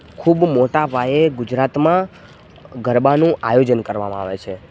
ખૂબ મોટા પાયે ગુજરાતમાં ગરબાનું આયોજન કરવામાં આવે છે